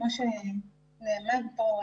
כמו שנאמר פה,